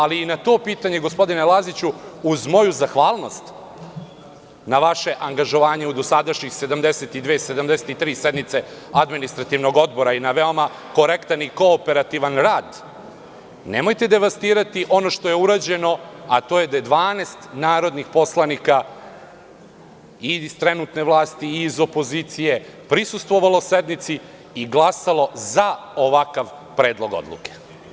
Ali, i na to pitanje, gospodine Laziću, uz moju zahvalnost na vaše angažovanje u dosadašnjih 73 sednice Administrativnog odbora i na veoma korektan i kooperativan rad, nemojte devastirati ono što je urađeno, a to je da je 12 narodnih poslanika i iz trenutne vlasti i iz opozicije prisustvovalo sednici i glasalo za ovakav predlog odluke.